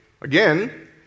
again